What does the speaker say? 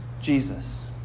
Jesus